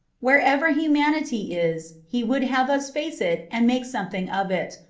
wherever humanity is he would have us face it and make something of it,